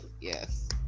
Yes